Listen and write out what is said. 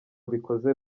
bikoze